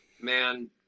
Man